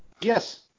Yes